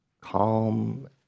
calm